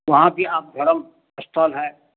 वहाँ भी आप धर्मस्थल है